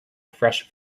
fresh